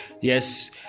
yes